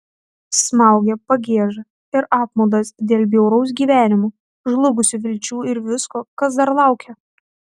smaugė pagieža ir apmaudas dėl bjauraus gyvenimo žlugusių vilčių ir visko kas dar laukia